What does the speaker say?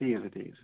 ঠিক আছে ঠিক আছে